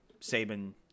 Saban